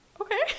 Okay